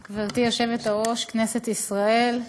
היושבת-ראש, כנסת ישראל,